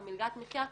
מלגת מחייה,